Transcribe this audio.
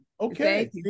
Okay